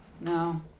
No